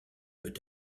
peut